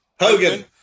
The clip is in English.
Hogan